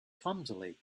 clumsily